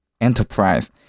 Enterprise